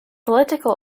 political